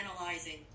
analyzing